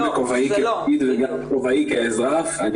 גם בכובעי כפקיד וגם בכובעי כאזרח אני